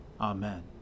Amen